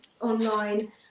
online